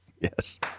Yes